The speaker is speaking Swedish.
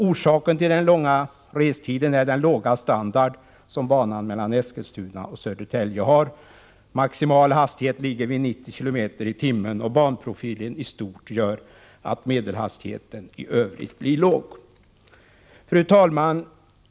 Orsaken till den långa restiden är den låga standard som banan mellan Eskilstuna och Södertälje har. Maximal hastighet ligger på 90 kilometer per timme, och banprofilen i stort gör att medelhastigheten i övrigt blir låg. Fru talman!